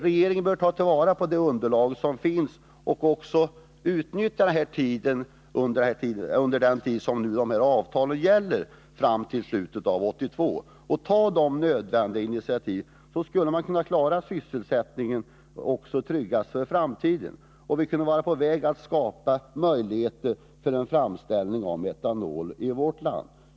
Regeringen bör ta vara på det underlag som finns och också utnyttja den tid avtalen gäller, fram till slutet av 1982, och ta de nödvändiga initiativen. Då skulle man kunna trygga sysselsättningen för framtiden, och vi kunde skapa möjligheter för framställning av metanol i vårt land.